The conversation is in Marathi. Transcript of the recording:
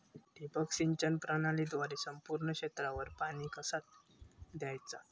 ठिबक सिंचन प्रणालीद्वारे संपूर्ण क्षेत्रावर पाणी कसा दयाचा?